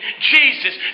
Jesus